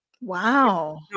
Wow